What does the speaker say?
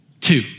Two